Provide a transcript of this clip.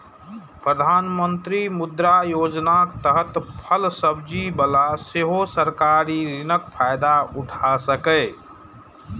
प्रधानमंत्री मुद्रा योजनाक तहत फल सब्जी बला सेहो सरकारी ऋणक फायदा उठा सकैए